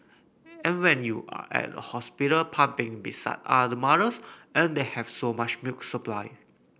and when you're at the hospital pumping beside other mothers and they have so much milk supply